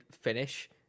finish